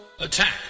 Attack